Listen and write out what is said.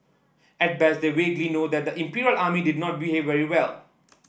at best they vaguely know that the Imperial Army did not behave very well